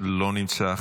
לא נמצא.